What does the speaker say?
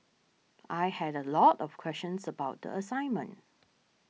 I had a lot of questions about the assignment